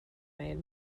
made